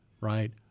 right